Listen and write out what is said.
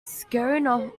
scaring